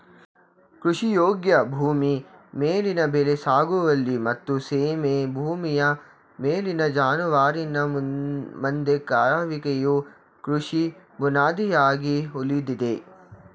ಕೃಷಿಯೋಗ್ಯ ಭೂಮಿ ಮೇಲಿನ ಬೆಳೆ ಸಾಗುವಳಿ ಮತ್ತು ಸೀಮೆ ಭೂಮಿಯ ಮೇಲಿನ ಜಾನುವಾರಿನ ಮಂದೆ ಕಾಯುವಿಕೆಯು ಕೃಷಿ ಬುನಾದಿಯಾಗಿ ಉಳಿದಿದೆ